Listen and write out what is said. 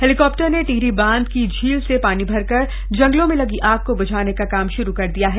helicopter ने टिहरी बांध की झील से पानी भरकर जंगलों में लगी आग को ब्झाने का काम शुरू कर दिया है